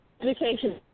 education